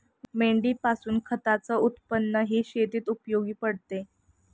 मेंढीपासून खताच उत्पन्नही शेतीत उपयोगी पडते